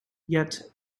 yet